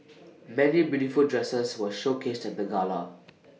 many beautiful dresses were showcased at the gala